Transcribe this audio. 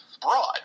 broad